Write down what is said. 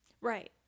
right